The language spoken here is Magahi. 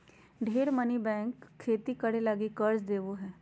ढेर मनी बैंक खेती करे लगी कर्ज देवो हय